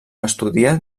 estudia